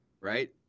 right